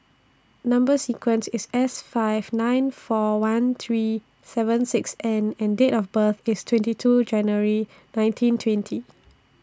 Number sequence IS S five nine four one three seven six N and Date of birth IS twenty two January nineteen twenty